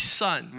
son